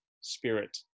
spirit